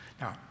Now